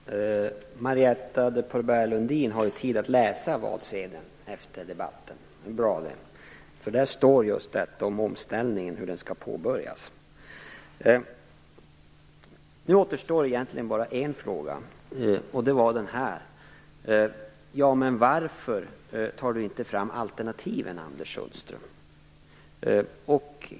Herr talman! Marietta de Pourbaix-Lundin har ju tid att läsa valsedeln efter debatten. Där står just hur omställningen skall påbörjas. Nu återstår egentligen bara en fråga, nämligen varför jag inte tar fram alternativen.